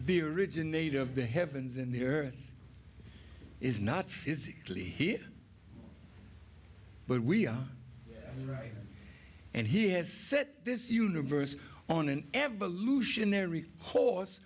the originator of the heavens and the earth is not physically here but we are right and he has set this universe on an